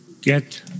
get